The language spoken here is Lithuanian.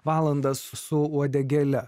valandas su uodegėle